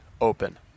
open